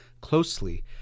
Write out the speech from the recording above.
closely